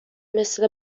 مثل